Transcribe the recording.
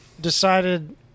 decided